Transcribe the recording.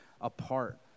apart